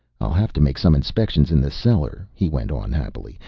i'll have to make some inspections in the cellar, he went on happily,